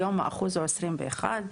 והיום האחוז הוא 21,